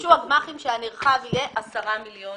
ביקשו הגמ"חים שהנרחב יהיה 10 מיליון